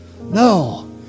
no